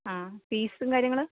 ആ ഫീസും കാര്യങ്ങൾ